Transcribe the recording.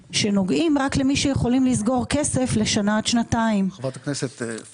כשאנחנו רואים שאכן ביחס לינואר 2022 היקף או שיעור